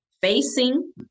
facing